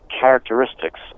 characteristics